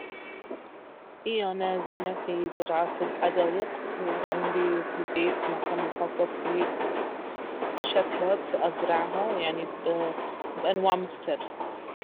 أي انا زينة في زراعة الحدايق وعندي في البيت مكان مخصص فيه شتلات ازرعها يعني بأنواع مختلفة